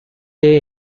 day